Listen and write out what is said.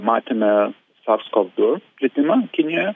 matėme sars kov du plitimą kinijoje